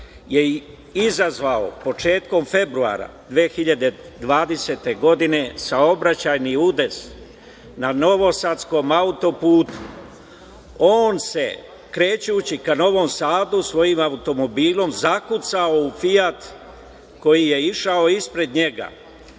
je izazvao početkom februara 2020. godine saobraćajni udes na Novosadskom auto-putu. On se krećući ka Novom Sadu svojim automobilom zakucao u Fijat koji je išao ispred njega.